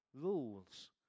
rules